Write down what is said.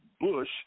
Bush—